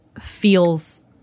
feels